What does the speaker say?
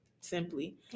simply